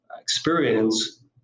experience